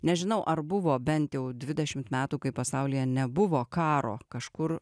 nežinau ar buvo bent jau dvidešimt metų kai pasaulyje nebuvo karo kažkur